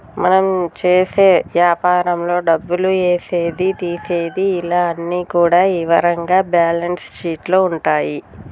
మనం చేసే యాపారంలో డబ్బులు ఏసేది తీసేది ఇలా అన్ని కూడా ఇవరంగా బ్యేలన్స్ షీట్ లో ఉంటాయి